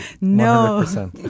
No